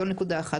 זו נקודה אחת.